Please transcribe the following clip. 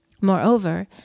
Moreover